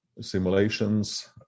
simulations